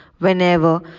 Whenever